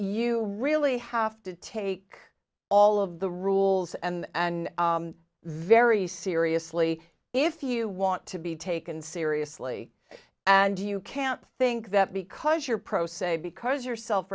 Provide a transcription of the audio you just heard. you really have to take all of the rules and very seriously if you want to be taken seriously and you can't think that because you're pro se because yourself